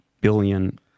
billion